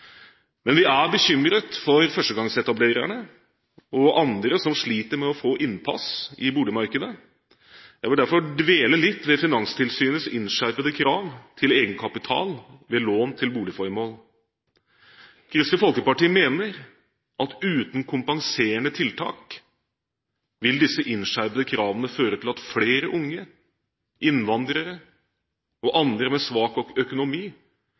innpass i boligmarkedet. Jeg vil derfor dvele litt ved Finanstilsynets innskjerpede krav til egenkapital ved lån til boligformål. Kristelig Folkeparti mener at uten kompenserende tiltak vil disse innskjerpede kravene føre til at flere unge, innvandrere og andre med svak økonomi